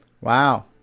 Wow